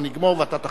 ואתה תחליף אותי.